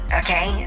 okay